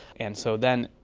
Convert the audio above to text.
and so then.